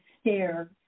stare